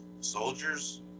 soldiers